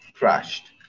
crashed